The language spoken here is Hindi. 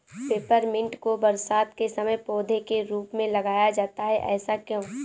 पेपरमिंट को बरसात के समय पौधे के रूप में लगाया जाता है ऐसा क्यो?